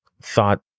Thought